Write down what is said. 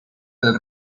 del